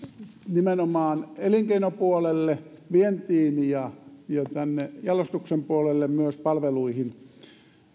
nimenomaan elinkeinopuolelle vientiin ja jalostuksen puolelle myös palveluihin